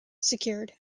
secured